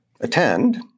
attend